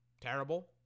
Terrible